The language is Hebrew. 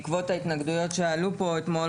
בעקבות ההתנגדויות שעלו כאן אתמול,